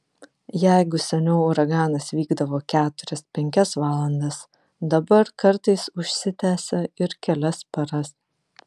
jeigu seniau uraganas vykdavo keturias penkias valandas dabar kartais užsitęsia ir kelias paras